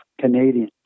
Canadian